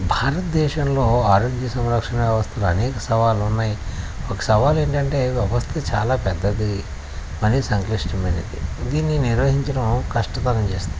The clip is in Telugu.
భారతదేశంలో ఆరోగ్య సంరక్షణా వ్యవస్థలో అనేక సవాళ్ళున్నాయి ఒక సవాల్ ఏంటంటే వ్యవస్థ చాలా పెద్దది కానీ సంక్లిష్టమైనది దీనిని నిర్వహించడం కష్టతరం చేస్తుంది